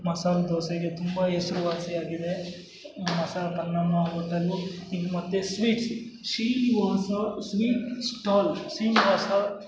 ಮಸಾಲ ದೋಸೆಗೆ ತುಂಬ ಹೆಸ್ರುವಾಸಿಯಾಗಿದೇ ಮಸಾಲ ಪನ್ನಮ್ಮ ಓಟಲು ಇನ್ನು ಮತ್ತು sweets Srinivasa sweet stall Srinivasa